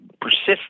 persist